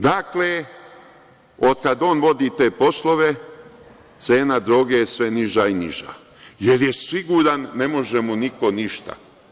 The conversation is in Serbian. Dakle, od kada on vodi te poslove, cena droge je sve niža i niža, jer je siguran, ne može mu niko ništa.